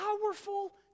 powerful